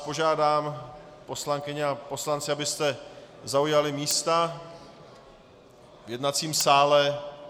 Požádám vás, poslankyně a poslanci, abyste zaujali místa v jednacím sále.